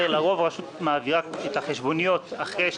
שאולי הליכוד לא יסכימו להעביר את תוכנית הבלאי,